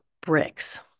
bricks